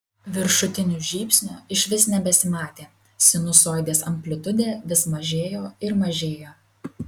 viršutinių žybsnių išvis nebesimatė sinusoidės amplitudė vis mažėjo ir mažėjo